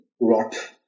rot